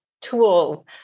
tools